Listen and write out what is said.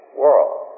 world